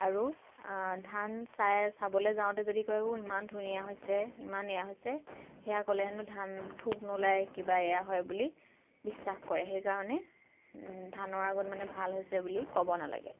আৰু ধান চাই চাবলৈ যাওঁতে যদি কয় আইঅ' ইমান ধুনীয়া হৈছে ইমান এইয়া হৈছে সেয়া ক'লে হেনো ধান থোক নোলায় কিবা এইয়া হয় বুলি বিশ্বাস কৰে সেই কাৰণে ধানৰ আগত মানে ভাল হৈছে বুলি ক'ব নালাগে